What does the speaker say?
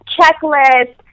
checklist